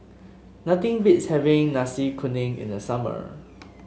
nothing beats having Nasi Kuning in the summer